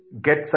get